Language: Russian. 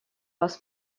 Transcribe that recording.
вас